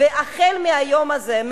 והחל מהיום הזה,